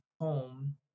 home